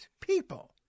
people